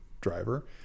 driver